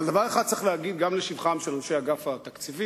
אבל דבר אחד צריך להגיד לשבחם של אנשי אגף התקציבים: